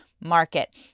Market